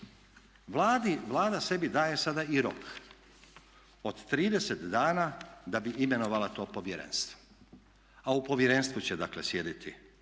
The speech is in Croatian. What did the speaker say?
Vlada sebi daje sa i rok, od 30 dana da bi imenovala to povjerenstvo, a u povjerenstvu će dakle sjediti